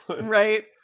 right